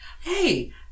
hey